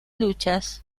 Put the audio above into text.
luchas